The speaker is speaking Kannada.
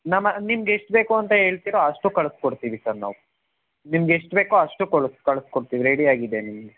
ನಮ ನಿಮ್ಗೆ ಎಷ್ಟು ಬೇಕು ಅಂತ ಹೇಳ್ತಿರೋ ಅಷ್ಟು ಕಳ್ಸಿಕೊಡ್ತೀವಿ ಸರ್ ನಾವು ನಿಮ್ಗೆ ಎಷ್ಟು ಬೇಕೋ ಅಷ್ಟು ಕಳ್ಸ್ ಕಳ್ಸಿ ಕೊಡ್ತಿವಿ ರೆಡಿ ಆಗಿದೆ ನಿಮ್ಮ